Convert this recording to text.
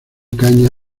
caña